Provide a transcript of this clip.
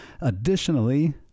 Additionally